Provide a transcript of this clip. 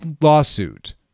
lawsuit